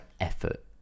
effort